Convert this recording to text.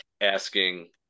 asking